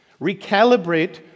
recalibrate